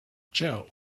joe